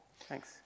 thanks